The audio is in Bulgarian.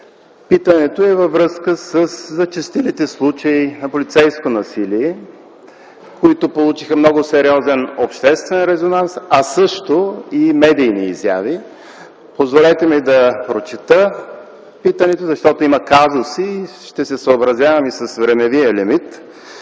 Питането е във връзка със зачестилите случаи на полицейско насилие, които получиха много сериозен обществен резонанс, а също и медийни изяви. Позволете ми да прочета питането, защото има казуси, а ще се съобразявам и с времевия лимит.